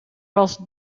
was